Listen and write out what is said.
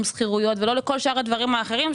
השכירויות או לכל שאר הדברים האחרים,